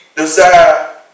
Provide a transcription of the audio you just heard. Desire